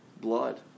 blood